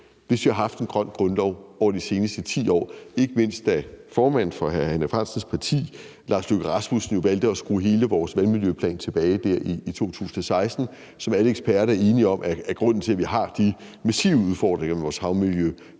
hvis vi havde haft en grøn grundlov de seneste 10 år, ikke mindst da formanden for hr. Henrik Frandsens parti, Lars Løkke Rasmussen, jo i 2016 valgte at skrue hele vores vandmiljøplan tilbage, hvilket alle eksperter er enige om er grunden til, at vi har de massive udfordringer med vores havmiljø,